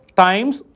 times